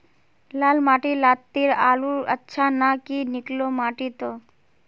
लाल माटी लात्तिर आलूर अच्छा ना की निकलो माटी त?